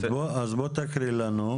אז בוא תקריא לנו.